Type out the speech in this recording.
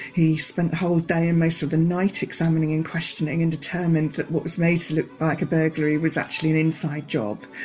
he spent the whole day and most of the night examining and questioning and determined that what was made to look like a burglary was actually an inside job.